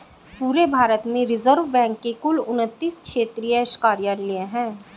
पूरे भारत में Reserve Bank के कुल उनत्तीस क्षेत्रीय कार्यालय हैं